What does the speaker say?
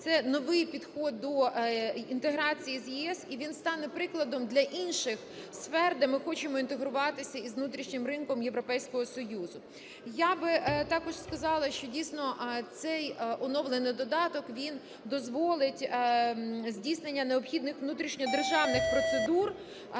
це новий підхід до інтеграції з ЄС, і він стане прикладом для інших сфер, де ми хочемо інтегруватися із внутрішнім ринком Європейського Союзу. Я б також сказала, що, дійсно, цей оновлений додаток, він дозволить здійснення необхідних внутрішньодержавних процедур